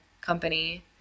company